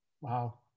Wow